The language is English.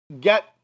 get